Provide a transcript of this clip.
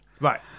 Right